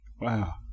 Wow